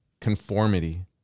conformity